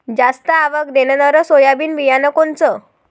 जास्त आवक देणनरं सोयाबीन बियानं कोनचं?